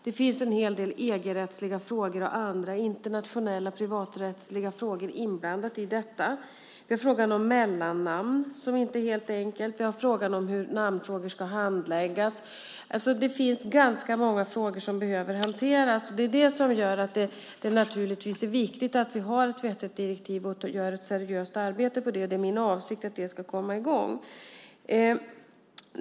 Det finns en hel del EG-rättsliga frågor och andra internationella privaträttsliga frågor inblandat i detta. Frågan om mellannamn är inte helt enkel. Sedan är det frågan om hur namnfrågor ska handläggas. Det finns många frågor som behöver hanteras. Det är det som gör att det naturligtvis är viktigt att vi har ett vettigt direktiv och gör ett seriöst arbete. Det är min avsikt att arbetet ska komma i gång.